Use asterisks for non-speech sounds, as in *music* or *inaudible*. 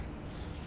*breath*